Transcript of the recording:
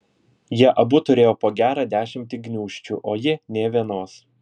jie abu turėjo po gerą dešimtį gniūžčių o ji nė vienos